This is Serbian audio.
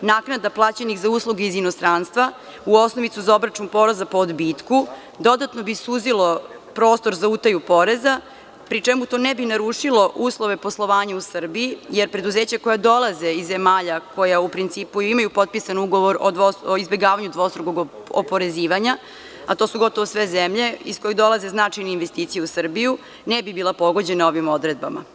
naknada plaćenih za usluge iz inostranstva u osnovicu za obračun poreza po odbitku dodatno bi suzilo prostor za utaju poreza, pri čemu to ne bi narušilo uslove poslovanja u Srbiji, jer preduzeća koja dolaze iz zemalja koja u principu imaju potpisan ugovor o izbegavanju dvostrukog oporezivanja, a to su gotovo sve zemlje iz kojih dolaze značajne investicije u Srbiju, ne bi bila pogođena ovim odredbama.